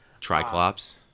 Triclops